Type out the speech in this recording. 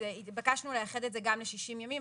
אז התבקשנו לאחד את זה גם ל-60 ימים,